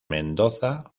mendoza